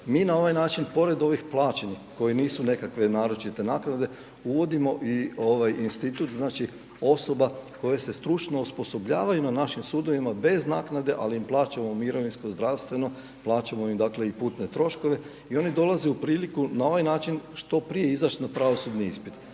Mi na ovaj način pored ovih plaćenih kojih nisu nekakve naročite naknade uvodimo i ovaj institut znači osoba koje se stručno osposobljavaju na našim sudovima bez naknade ali im plaćamo mirovinsko, zdravstveno, plaćamo im dale i putne troškove i oni dolaze u priliku na ovaj način što prije izać na pravosudni ispit.